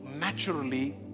naturally